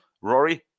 Rory